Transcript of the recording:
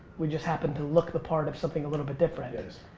we just happen to look the part of something a little bit different. yes.